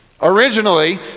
Originally